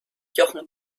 jochen